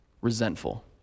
resentful